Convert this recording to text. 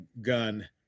gun